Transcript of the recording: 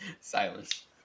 Silence